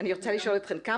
אני רוצה לשאול אתכן, אם